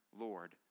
Lord